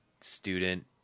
student